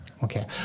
Okay